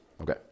Okay